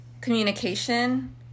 communication